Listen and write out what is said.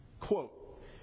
Quote